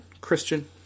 Christian